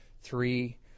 three